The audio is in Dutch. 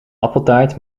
appeltaart